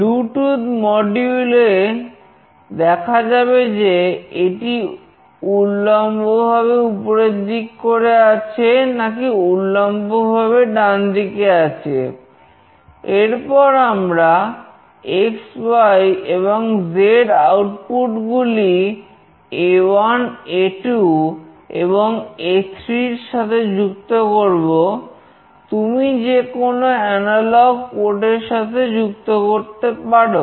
Bluetooth module এর সাথে যুক্ত করতে পারো